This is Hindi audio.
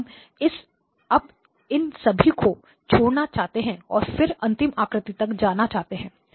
और हम बस इन सभी को छोड़ना चाहते हैं और फिर अंतिम आकृति तक जाना चाहते हैं